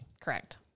Correct